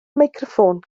meicroffon